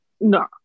no